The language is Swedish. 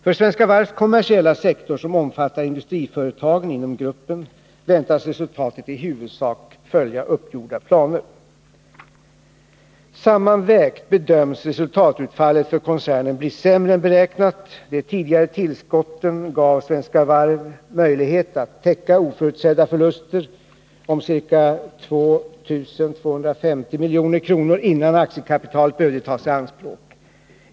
För Svenska Varvs kommersiella sektor, som omfattar industriföretagen inom gruppen, väntas resultatet i huvudsak följa uppgjorda planer. Sammanvägt bedöms resultatutfallet för koncernen bli sämre än beräknat. De tidigare tillskotten gav Svenska Varv möjlighet att täcka oförutsedda förluster om ca 2 250 milj.kr. innan aktiekapitalet behövde tas i anspråk.